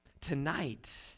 Tonight